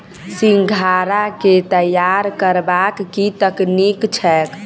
सिंघाड़ा केँ तैयार करबाक की तकनीक छैक?